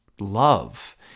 love